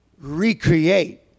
recreate